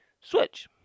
Switch